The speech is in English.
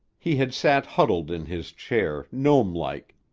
he had sat huddled in his chair, gnomelike,